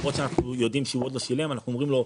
למרות שאנחנו יודעים שהוא עוד לא שילם אנחנו אומרים לו,